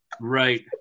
Right